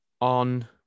on